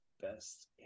Best